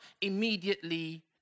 immediately